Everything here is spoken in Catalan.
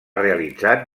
realitzat